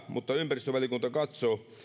mutta ympäristövaliokunta katsoo